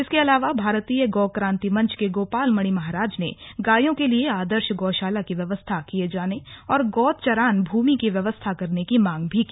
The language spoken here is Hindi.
इसके अलावा भारतीय गौ क्रांतिमंच के गोपाल मणि महाराज ने गायों के लिये आदर्श गौशाला की व्यवस्था किये जाने और गौ चरान भूमि की व्यवस्था करने की मांग भी की